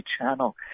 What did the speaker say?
channel